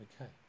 okay